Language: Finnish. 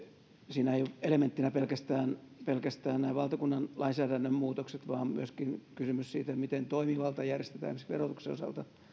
siinä ei ole elementtinä pelkästään pelkästään nämä valtakunnan lainsäädännön muutokset vaan on myöskin kysymys siitä miten toimivalta järjestetään esimerkiksi verotuksen osalta